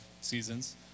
Seasons